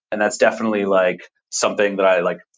and that's definitely like something that i like.